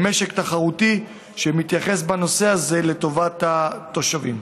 במשק תחרותי שמתייחס בנושא הזה לטובת התושבים.